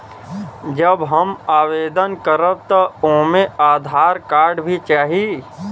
जब हम आवेदन करब त ओमे आधार कार्ड भी चाही?